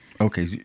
Okay